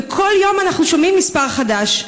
וכל יום אנחנו שומעים מספר חדש.